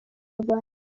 rwanda